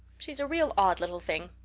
she's a real odd little thing.